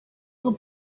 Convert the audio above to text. will